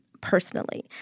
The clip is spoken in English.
personally